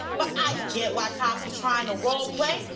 but i get why cops are trying to role play,